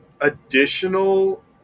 additional